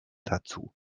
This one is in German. dazu